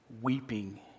weeping